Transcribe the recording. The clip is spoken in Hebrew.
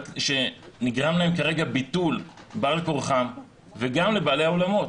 שנגרם להם כרגע ביטול בעל כורחם וגם לבעלי האולמות.